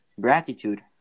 gratitude